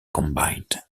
combined